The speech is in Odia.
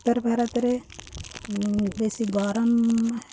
ଉତ୍ତର ଭାରତରେ ବେଶୀ ଗରମ